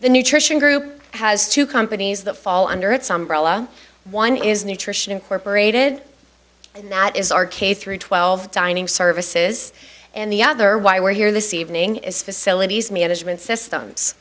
the nutrition group has two companies that fall under its umbrella one is nutrition incorporated and that is our k through twelve dining services and the other why we're here this evening is facilities management systems